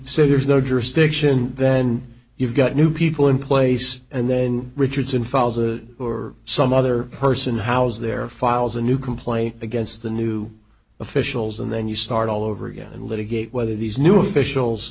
say there's no jurisdiction then you've got new people in place and then richardson falls or or some other person housed there files a new complaint against the new officials and then you start all over again and litigate whether these new officials